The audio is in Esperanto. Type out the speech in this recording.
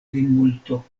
plimulto